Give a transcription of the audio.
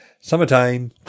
Summertime